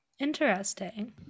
Interesting